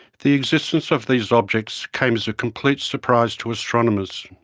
the existence of these objects came as a complete surprise to astronomers.